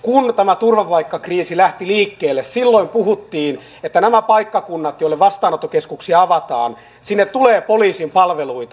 kun tämä turvapaikkakriisi lähti liikkeelle silloin puhuttiin että näille paikkakunnille joille vastaanottokeskuksia avataan tulee poliisin palveluita